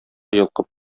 йолкып